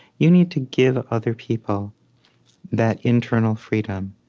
you need to give other people that internal freedom.